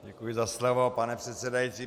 Děkuji za slovo, pane předsedající.